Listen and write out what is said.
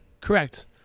Correct